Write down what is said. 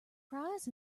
prize